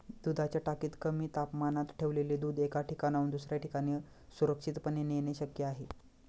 दुधाच्या टाकीत कमी तापमानात ठेवलेले दूध एका ठिकाणाहून दुसऱ्या ठिकाणी सुरक्षितपणे नेणे शक्य आहे